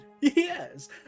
Yes